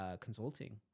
consulting